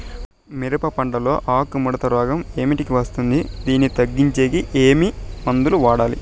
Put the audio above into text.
మిరప పంట లో ఆకు ముడత రోగం ఏమిటికి వస్తుంది, దీన్ని తగ్గించేకి ఏమి మందులు వాడాలి?